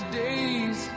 days